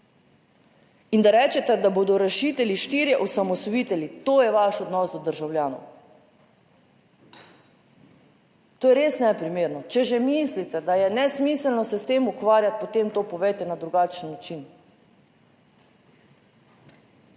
In da rečete da bodo rešitelji štirje osamosvojitelji, to je vaš odnos do državljanov. To je res neprimerno. Če že mislite, da je nesmiselno se s tem ukvarjati, potem to povejte na drugačen način.